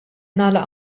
nagħlaq